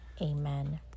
amen